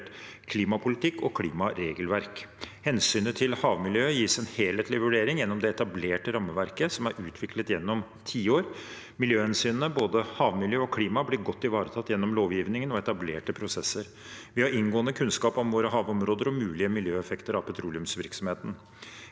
klimapolitikk og klimaregelverk. Hensynet til havmiljøet gis en helhetlig vurdering gjennom det etablerte rammeverket som er utviklet gjennom tiår. Miljøhensynene, både havmiljø og klima, blir godt ivaretatt gjennom lovgivningen og etablerte prosesser. Vi har inngående kunnskap om våre havområder og mulige miljøeffekter av petroleumsvirksomheten.